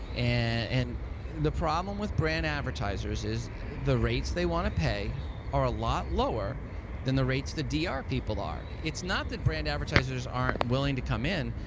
and the problem with brand advertisers is the rates they want to pay are a lot lower than the rates the dr ah people are. it's not that brand advertisers are willing to come in,